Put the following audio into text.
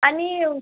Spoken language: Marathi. आणि